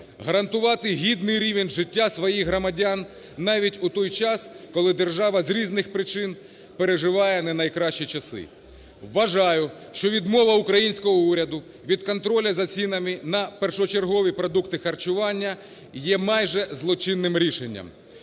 гарантувати гідний рівень життя своїх громадян навіть у той час, коли держава з різних причин переживає не найкращі часи. Вважаю, що відмова українського уряду від контролю за цінами за першочергові продукти харчування є майже злочинним рішенням.